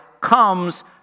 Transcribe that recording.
comes